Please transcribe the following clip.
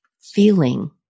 feeling